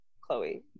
chloe